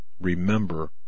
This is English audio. remember